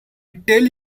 tell